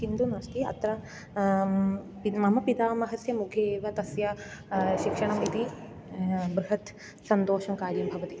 किन्तु नास्ति अत्र मम पितामहस्य मुखे एव तस्य शिक्षणम् इति बृहत् सन्तोषं कार्यं भवति